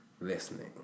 listening